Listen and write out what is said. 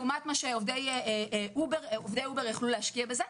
לעומת מה שעובדי אובר יכלו להשקיע בזה.